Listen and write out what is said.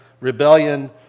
rebellion